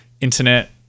internet